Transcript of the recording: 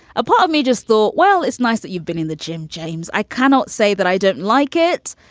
a part of me just thought, well, it's nice that you've been in the gym, james. i cannot say that i don't like it.